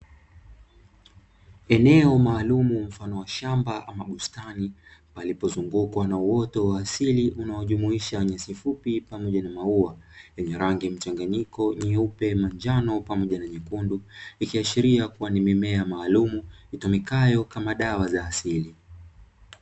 Eneo maalumu mfano wa shamba ama bustani palipozungukwa na uoto wa asili unaojumuisha nyasi fupi pamoja na maua yenye rangi mchanganyiko nyeupe, manjano pamoja na nyekundu, ikiashiria kuwa ni mimea maalumu itumikayo kama dawa za asili.